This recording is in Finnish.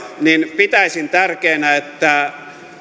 niin pitäisin tärkeänä että